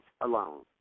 alone